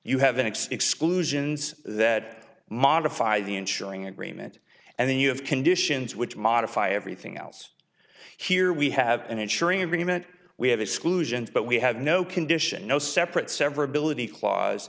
you have an exclusions that modify the ensuring agreement and then you have conditions which modify everything else here we have in ensuring agreement we have exclusions but we have no condition no separate severability clause